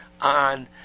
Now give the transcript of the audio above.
on